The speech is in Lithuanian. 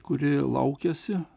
kuri laukiasi